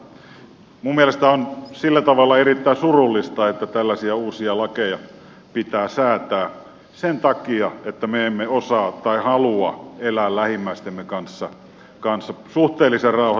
minun mielestäni on sillä tavalla erittäin surullista että tällaisia uusia lakeja pitää säätää sen takia että me emme osaa tai halua elää lähimmäistemme kanssa suhteellisen rauhassa ainakin